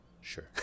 Sure